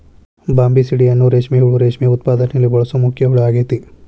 Bombycidae ಅನ್ನೋ ರೇಷ್ಮೆ ಹುಳು ರೇಷ್ಮೆ ಉತ್ಪಾದನೆಯಲ್ಲಿ ಬಳಸೋ ಮುಖ್ಯ ಹುಳ ಆಗೇತಿ